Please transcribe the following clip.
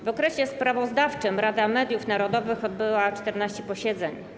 W okresie sprawozdawczym Rada Mediów Narodowych odbyła 14 posiedzeń.